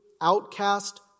outcast